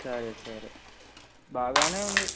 సరే సరే బాగానే ఉంది